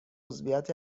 عضویت